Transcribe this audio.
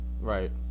Right